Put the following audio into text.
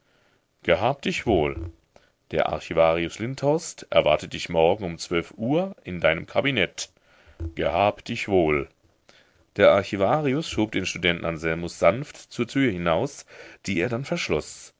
gehab dich wohl der archivarius lindhorst erwartet dich morgen um zwölf uhr in deinem kabinett gehab dich wohl der archivarius schob den studenten anselmus sanft zur tür hinaus die er dann verschloß